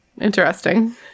interesting